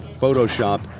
Photoshop